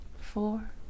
four